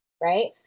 right